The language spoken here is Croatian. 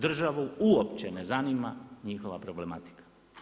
Državu uopće ne zanima njihova problematika.